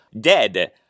dead